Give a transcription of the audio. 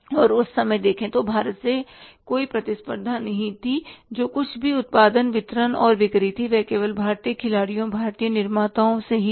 और उस समय देखें कि बाहर से कोई प्रतिस्पर्धा नहीं थी जो कुछ भी उत्पादन वितरण और बिक्री थी वह केवल भारतीय खिलाड़ियों भारतीय निर्माताओं से थी